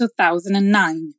2009